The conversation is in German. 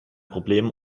problemen